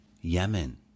Yemen